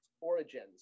origins